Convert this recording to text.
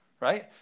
right